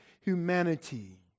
humanity